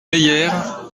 meyère